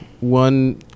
One